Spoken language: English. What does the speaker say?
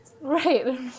Right